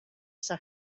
esa